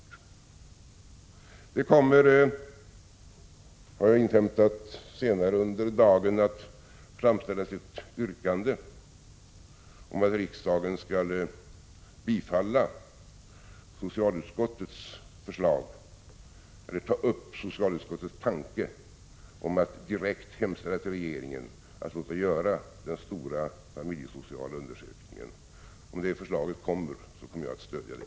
Det kommer senare under dagen att framställas ett yrkande om att riksdagen skall ta upp socialutskottets tanke att direkt hemställa till regeringen att låta göra den stora familjesociala undersökningen. Om detta förslag läggs fram kommer jag att stödja det.